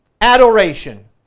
adoration